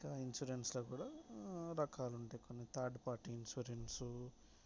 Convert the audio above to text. ఇంకా ఇన్సూరెన్స్లో కూడా రకాలు ఉంటాయి థర్డ్ పార్టీ ఇన్సూరెన్స్